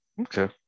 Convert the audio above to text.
Okay